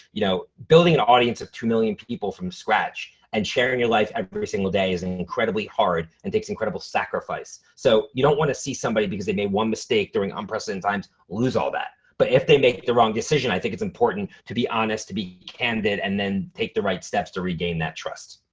you know building an audience of two million people from scratch and sharing your life every single day is and incredibly hard and takes incredible sacrifice. so you don't wanna see somebody because they made one mistake during unprecedented times lose all that. but if they make the wrong decision, i think it's important to be honest, to be candid and then take the right steps to regain that trust.